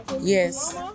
Yes